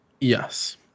yes